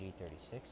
G36